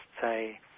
say